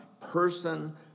person